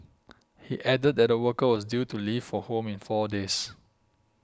he added that the worker was due to leave for home in four days